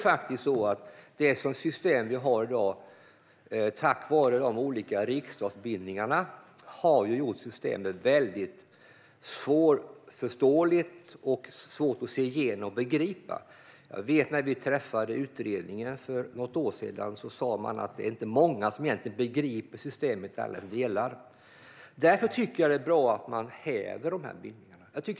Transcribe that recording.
Dagens system har blivit väldigt svårförståeligt - det är svårt att se igenom och begripa det - på grund av riksdagsbindningarna. När vi träffade utredningen för något år sedan sa man att det inte är många som begriper systemet i alla dess delar. Därför tycker jag att det vore bra att häva dessa bindningar.